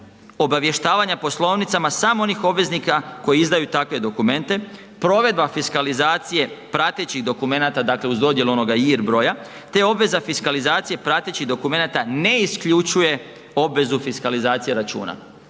obavještavanja poslovnicama samo onih obveznika koji izdaju takve dokumente, provedba fiskalizacije pratećih dokumenata, dakle uz dodjelu onoga JIR broja te obveza fiskalizacije pratećih dokumenata ne isključuje obvezu fiskalizacije računa.